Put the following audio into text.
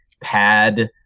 pad